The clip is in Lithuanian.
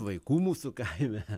vaikų mūsų kaime